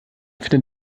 findet